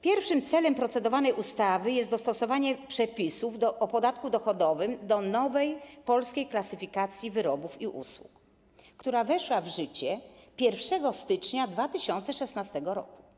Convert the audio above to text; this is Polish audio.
Pierwszym celem procedowanej ustawy jest dostosowanie przepisów o podatku dochodowym do nowej Polskiej Klasyfikacji Wyrobów i Usług, która weszła w życie 1 stycznia 2016 r.